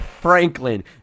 Franklin